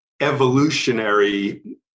evolutionary